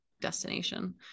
destination